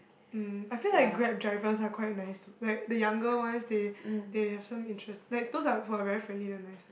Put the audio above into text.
um I feel like Grab drivers are quite nice to like the younger ones they they have some interest like those are who are very friendly they're nice